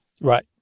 Right